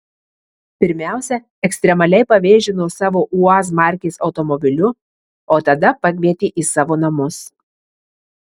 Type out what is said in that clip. pirmiausia ekstremaliai pavėžino savo uaz markės automobiliu o tada pakvietė į savo namus